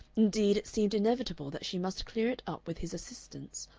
indeed, it seemed inevitable that she must clear it up with his assistance,